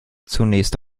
zunächst